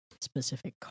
specific